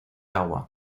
agua